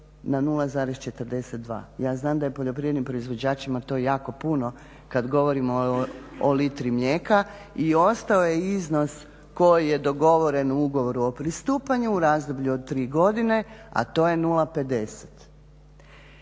na 0,42. Ja znam da je poljoprivrednim proizvođačima to jako puno kad govorimo o litri mlijeka i ostao je iznos koji je dogovoren u ugovoru o pristupanju u razdoblju od 3 godine, a to je 0,50